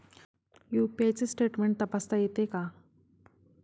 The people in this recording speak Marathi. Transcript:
यु.पी.आय चे स्टेटमेंट तपासता येते का?